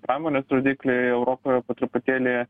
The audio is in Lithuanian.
pramonės rodikliai europoje po truputėlį